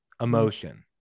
emotion